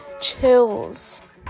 chills